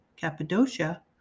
Cappadocia